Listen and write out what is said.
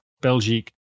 Belgique